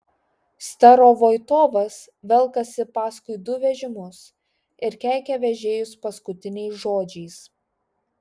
starovoitovas velkasi paskui du vežimus ir keikia vežėjus paskutiniais žodžiais